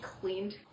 cleaned